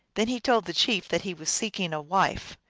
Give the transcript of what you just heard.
then he told the chief that he was seeking a wife,